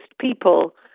people